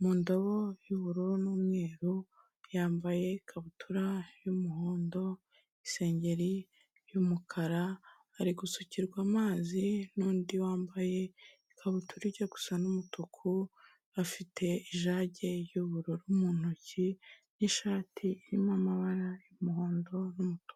mu ndobo y'ubururu n'umweru yambaye ikabutura y'umuhondo, isengeri y'umukara, ari gusukirwa amazi n'undi wambaye ikabutura ijya gusa n'umutuku, afite ijage y'ubururu mu ntoki n'ishati irimo amabara y'umuhondo n'umutuku.